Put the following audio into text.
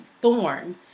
thorn